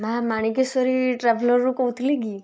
ମା ମାଣିକେଶ୍ୱରୀ ଟ୍ରାଭେଲରରୁ କହୁଥିଲେ କି